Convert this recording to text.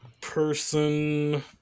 person